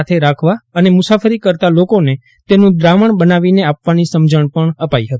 સાથે રાખવા અને મુસાફરી કરતા લોકોને તેનું દ્રાવણ બનાવીને આપવાની સમજણ અપાઇ હતી